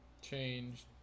Changed